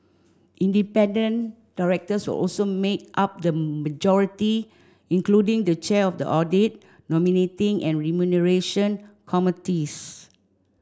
independent directors will also make up the majority including the chair of the audit nominating and remuneration committees